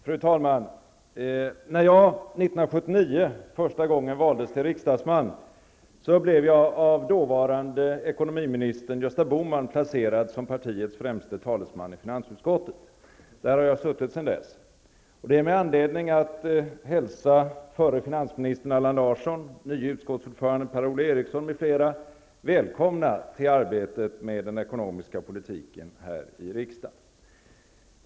Fru talman! När jag 1979 första gången valdes till riksdagsman, blev jag av dåvarande ekonomiministern Gösta Bohman placerad som partiets främste talesman i finansutskottet. Där har jag suttit sedan dess. Det ger mig anledning att hälsa förre finansministern Allan Larsson, nye utskottsordföranden Per-Ola Eriksson m.fl. välkomna till arbetet med den ekonomiska politiken här i riksdagen.